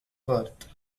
birth